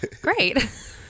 great